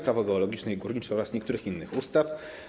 Prawo geologiczne i górnicze oraz niektórych innych ustaw.